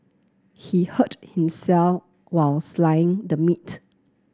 he hurt himself while the meat